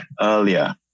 earlier